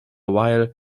while